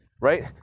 right